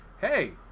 Hey